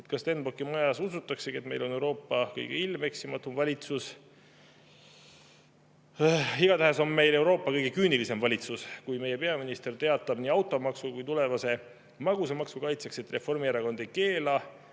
Kas Stenbocki majas usutaksegi, et meil on Euroopa kõige eksimatum valitsus? Igatahes on meil Euroopa kõige küünilisem valitsus, kui meie peaminister teatab nii automaksu kui ka magusamaksu kaitseks, et Reformierakond ei keela